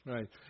Right